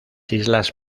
islas